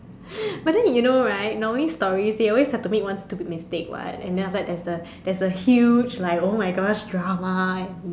but then you know right normally stories they always have to make one stupid mistake [what] and then after that there's the there's the like !oh-my-gosh! huge drama and